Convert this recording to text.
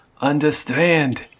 understand